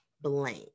blank